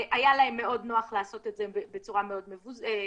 היה להם מאוד נוח לעשות את זה בצורה מאוד ריכוזית.